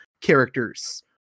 characters